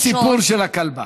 תם הסיפור של הכלבה.